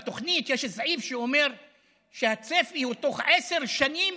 בתוכנית יש סעיף שאומר שהצפי הוא למגר בתוך עשר שנים